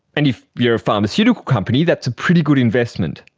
and if you are a pharmaceutical company that's a pretty good investment.